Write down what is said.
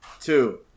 Two